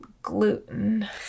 Gluten